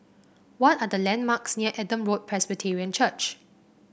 what are the landmarks near Adam Road Presbyterian Church